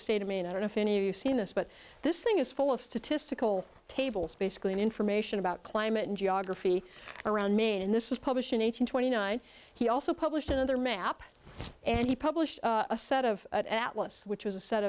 state of maine i don't know if any of you seen this but this thing is full of statistical tables basically information about climate and geography around me and this was published in eighteen twenty nine he also published another map and he published a set of atlas which was a set